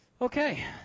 Okay